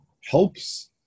helps